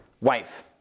wife